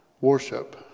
worship